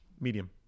Medium